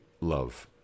love